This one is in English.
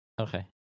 Okay